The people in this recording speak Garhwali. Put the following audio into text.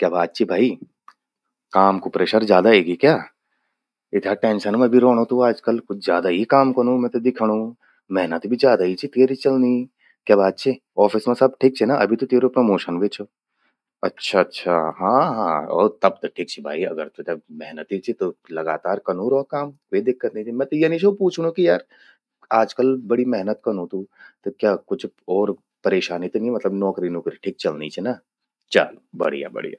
क्या बात चि भई, काम कु प्रेशर ज्यादा एगि क्या? इथ्या टेंशन मां भी रौंणू तु आजकल, कुछ ज्यादा ही काम कनू मेते दिख्यणूं। मेहनत भि ज्यादा ही चि त्येरि चलणी। क्या बात चि ऑफिस मां सब ठिक चि ना, अभि त त्येरु प्रमोशन व्हे छो। अच्छा अच्छा हां हां ओ तब त ठिक चि भाई अब अगर त्वेतचे मेहनति चि त लगातार कनू रौ काम। क्वे दिक्कत नी चि, मैं त यनि छो पूछणूं कि यार आजकल बड़ि मेहनत कनू तु। त क्या कुछ ओर परेशानि त नी मतलब नौकरी नूकरु ठिक चल्लीं चि ना? चल बढ़िया।